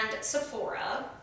Sephora